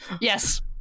Yes